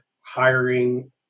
hiring